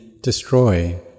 destroy